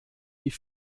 die